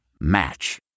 Match